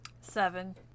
Seven